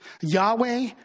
Yahweh